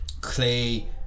Clay